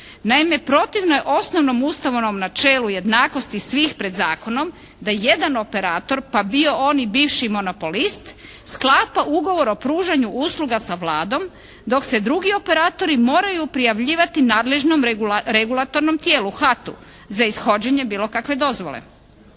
Naime, protivno je osnovnom ustavnom načelu jednakosti svih pred zakonom da je operator, pa bio on i bivši monopolist, sklapa ugovor o pružanju usluga sa Vladom, dok se drugi operatori moraju prijavljivati nadležnom regulatornom tijelu HAT-u za ishođenje bilo kakve dozvole.